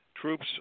troops